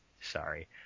Sorry